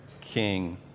king